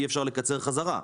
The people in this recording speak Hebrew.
אי אפשר לקצר חזרה.